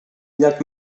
jak